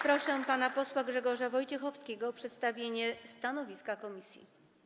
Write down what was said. Proszę pana posła Grzegorza Wojciechowskiego o przedstawienie stanowiska komisji.